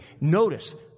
Notice